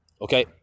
okay